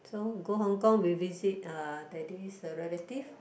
so go Hong-Kong we visit uh daddy's relative